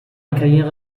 karriere